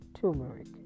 turmeric